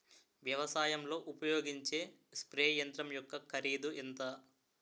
వ్యవసాయం లో ఉపయోగించే స్ప్రే యంత్రం యెక్క కరిదు ఎంత?